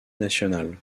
national